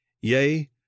Yea